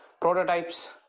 prototypes